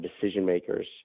decision-makers